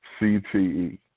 CTE